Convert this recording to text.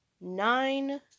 nine